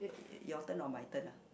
your turn or my turn ah